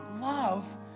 love